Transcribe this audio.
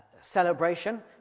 celebration